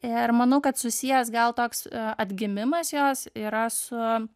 ir manau kad susijęs gal toks atgimimas jos yra su